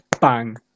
bang